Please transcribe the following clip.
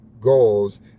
goals